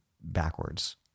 backwards